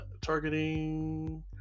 targeting